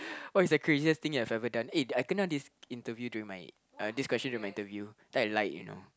what is the craziest thing you have ever done eh I kena this interview during my uh this question during my interview then I lied you know